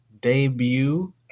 debut